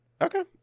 Okay